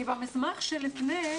כי במסמך שלפני,